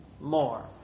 more